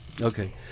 Okay